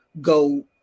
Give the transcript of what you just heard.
go